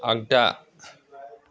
आग्दा